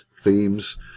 themes